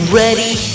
ready